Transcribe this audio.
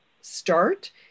start